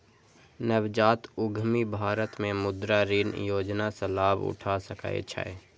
नवजात उद्यमी भारत मे मुद्रा ऋण योजना सं लाभ उठा सकै छै